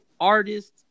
artists